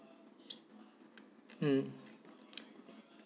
mm